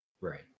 right